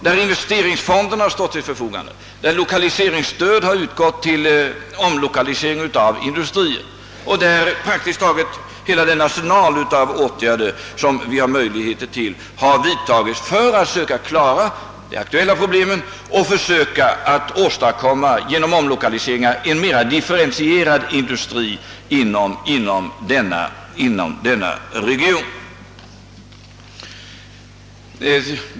Där har investeringsfonden stått till förfogande, lokaliseringsstöd har utgått till omlokalisering av industrier och praktiskt taget alla möjliga åtgärder har vidtagits för att klara de aktuella problemen liksom också att genom omlokalisering söka åstadkomma en mera differentierad industri inom denna region.